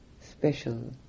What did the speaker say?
special